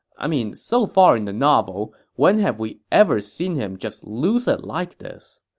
i mean, so far in the novel, when have we ever seen him just lose it like this?